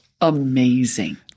amazing